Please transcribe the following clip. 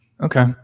okay